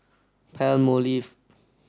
Palmolive